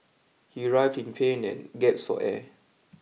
he writhed in pain and gasped for air